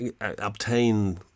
obtain